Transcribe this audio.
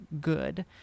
good